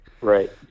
Right